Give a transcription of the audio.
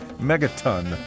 megaton